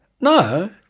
No